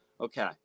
Okay